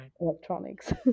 electronics